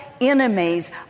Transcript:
enemies